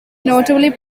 notably